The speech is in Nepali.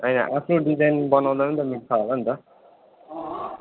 ए यहाँ आफ्नो डिजाइन बनाउन पनि त मिल्छ होला नि त